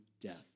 death